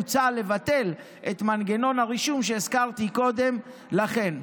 מוצע לבטל את מנגנון הרישום שהזכרתי קודם לכן.